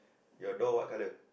your door what colour